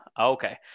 okay